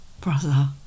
brother